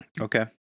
Okay